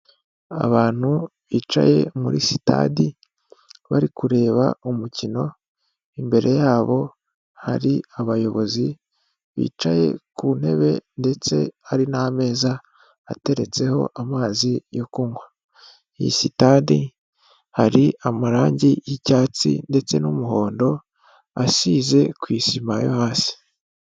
Abantu bicaye muri sitade bari kureba umukino imbere yabo hari abayobozi bicaye ku ntebe ndetse hari n'ameza ateretseho amazi yo kunywa iyi sitade hari amarangi y'icyatsi ndetse n'umuhondo asize ku isima yo hasi.